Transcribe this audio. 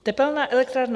Tepelná elektrárna